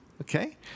Okay